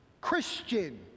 Christian